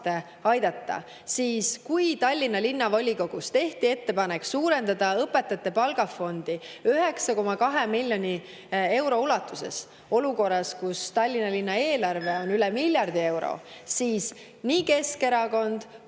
teha. Kui Tallinna Linnavolikogus tehti ettepanek suurendada õpetajate palgafondi 9,2 miljoni euro ulatuses olukorras, kus Tallinna linna eelarve on üle miljardi euro, siis nii Keskerakond